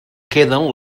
queden